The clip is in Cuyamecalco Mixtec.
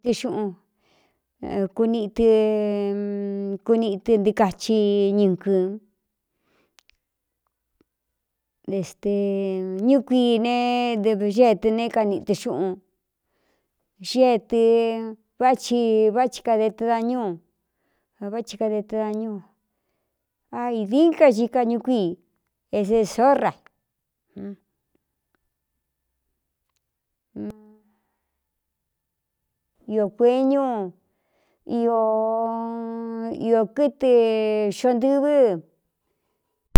Ixꞌunkunɨkunitɨ ntɨɨkachi ñu kɨnɨ ñú kui neɨgeetɨ ne kaniꞌtɨ xuꞌun x eetɨ vá chi vá hi kade ɨ dañuu vá chi kade tɨdañuu ai din ka xi ka ñu kuíi esēsoraaiō kueñu iō kɨtɨ xondɨ̄vɨ́.